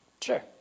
Sure